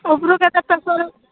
ଉପରୁ କେତେ ପ୍ରେସର୍